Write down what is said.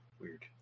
weird